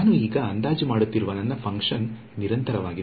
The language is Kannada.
ನಾನು ಈಗ ಅಂದಾಜು ಮಾಡುತ್ತಿರುವ ನನ್ನ ಫಂಕ್ಷನ್ ನಿರಂತರವಾಗಿದೆ